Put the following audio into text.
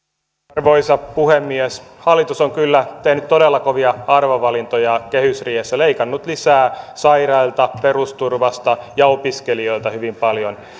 arvoisa puhemies hallitus on kyllä tehnyt todella kovia arvovalintoja kehysriihessä leikannut lisää sairailta perusturvasta ja opiskelijoilta hyvin paljon